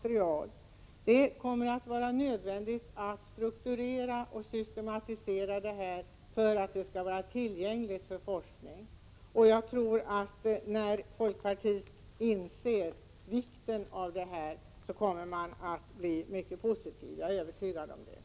Det kommer att bli nödvändigt att strukturera och systematisera detta material för att det skall vara tillgängligt för forskning. När folkpartiet inser vikten av detta, är jag övertygad om att man kommer att vara mycket positiv.